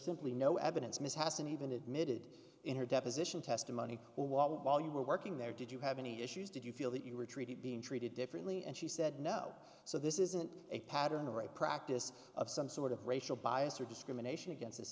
simply no evidence ms hasn't even admitted in her deposition testimony wall while you were working there did you have any issues did you feel that you were treated being treated differently and she said no so this isn't a pattern or a practice of some sort of racial bias or discrimination against